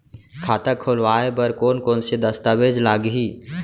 खाता खोलवाय बर कोन कोन से दस्तावेज लागही?